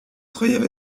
travaillé